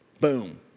Boom